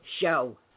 show